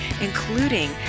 including